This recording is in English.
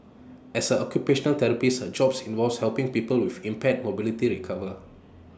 as A occupational therapist her job involves helping people with impaired mobility recover